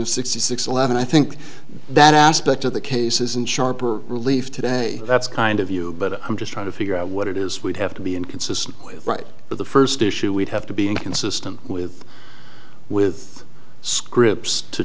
of sixty six eleven i think that aspect of the cases in sharper relief today that's kind of you but i'm just trying to figure out what it is we'd have to be inconsistent with right but the first issue would have to be inconsistent with with scripts to